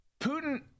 Putin